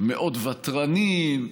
מאוד ותרנים,